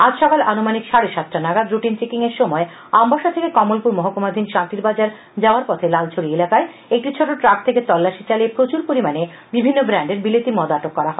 আজ সকাল আনুমানিক সাডে সাতটা নাগাদ রুটিন চেকিং এর সময় আমবাসা থেকে কমলপুর মহকুমাধীন শান্তির বাজারে যাওয়ার পথে লালছড়ি এলাকায় একটি ছোট ট্রাক থেকে তল্লাশি চালিয়ে প্রচুর পরিমানে বিভিন্ন ব্রান্ডের বিলিত মদ আটক করা হয়